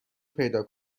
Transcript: پیدا